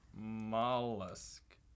Mollusk